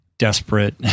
desperate